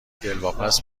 دلواپس